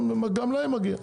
גם להם מגיע.